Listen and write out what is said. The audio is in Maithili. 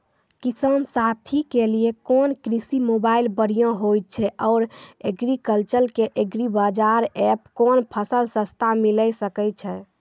किसान साथी के लिए कोन कृषि मोबाइल बढ़िया होय छै आर एग्रीकल्चर के एग्रीबाजार एप कोन फसल सस्ता मिलैल सकै छै?